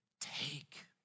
Take